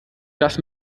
das